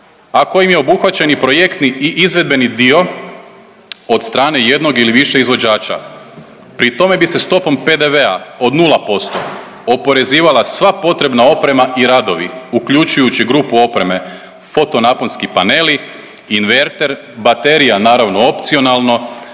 kojim je obuhvaćen i projektni i izvedbeni dio od strane jednog ili više izvođača. Pri tome bi se stopom PDV-a od 0% oporezivala sva potrebna oprema i radova uključujući grupu opreme, foto naponski paneli, inverter, baterija naravno opcionalno,